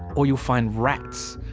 or you'll find rats.